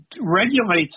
regulates